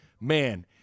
man